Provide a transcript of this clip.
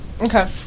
Okay